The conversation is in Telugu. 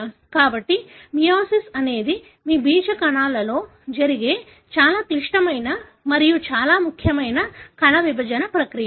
కాబట్టి మియోసిస్ అనేది మీ బీజ కణాలలో జరిగే చాలా క్లిష్టమైన మరియు చాలా ముఖ్యమైన కణ విభజన ప్రక్రియ